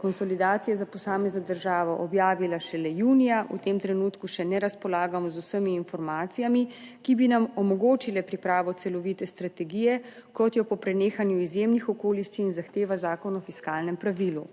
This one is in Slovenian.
konsolidacije za posamezno državo objavila šele junija, v tem trenutku še ne razpolagamo z vsemi informacijami, ki bi nam omogočile pripravo celovite strategije, kot jo po prenehanju izjemnih okoliščin zahteva Zakon o fiskalnem pravilu.